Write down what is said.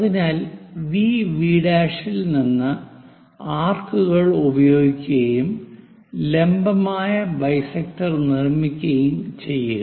അതിനാൽ VV' VV' യിൽ നിന്ന് ആർക്കുകൾ ഉപയോഗിക്കുകയും ലംബമായ ബൈസെക്ടർ നിർമ്മിക്കുകയും ചെയ്യുക